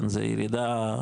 זה ירידה,